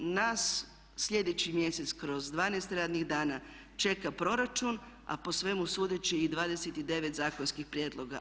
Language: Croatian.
Nas sljedeći mjesec kroz 12 radnih dana čeka proračun, a po svemu sudeći i 29 zakonskih prijedloga.